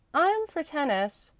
i'm for tennis,